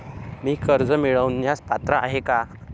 मी कर्ज मिळवण्यास पात्र आहे का?